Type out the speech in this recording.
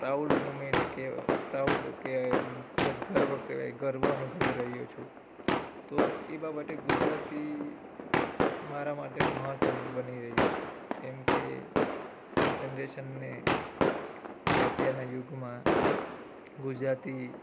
proud moment કહેવાય proud કે ખૂબ જ ગર્વ કહેવાય ગર્વ અનુભવી રહ્યો છું તો એ બાબતે ગુજરાતી મારા માટે મહત્ત્વનું બની રહ્યું છે કેમ કે આ જનરેશનને કે અત્યારના યુગમાં ગુજરાતી